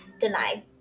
denied